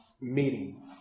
meeting